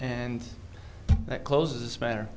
and that closes matter